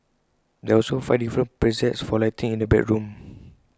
there are also five different presets for lighting in the bedroom